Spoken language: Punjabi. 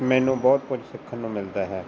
ਮੈਨੂੰ ਬਹੁਤ ਕੁਛ ਸਿੱਖਣ ਨੂੰ ਮਿਲਦਾ ਹੈ